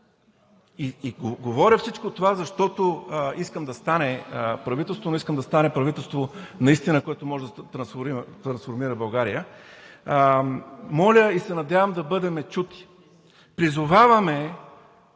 Говоря всичко това, защото искам да стане правителство, но правителство, което наистина ще може да трансформира България. Моля и се надявам да бъдем чути! Призоваваме